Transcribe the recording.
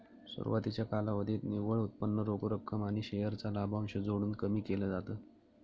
सुरवातीच्या कालावधीत निव्वळ उत्पन्न रोख रक्कम आणि शेअर चा लाभांश जोडून कमी केल जात